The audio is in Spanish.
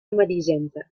amarillenta